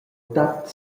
tat